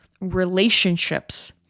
relationships